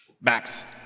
Max